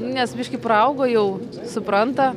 nes biškį praaugo jau supranta